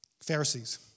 Pharisees